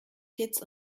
kitts